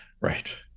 Right